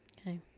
Okay